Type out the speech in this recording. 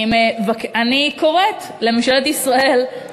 אני קוראת לממשלת ישראל, תודה רבה.